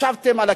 ישבתם על הכיסאות,